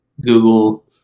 Google